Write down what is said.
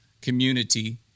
community